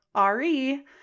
RE